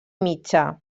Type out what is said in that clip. mitja